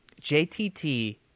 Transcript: JTT